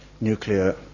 nuclear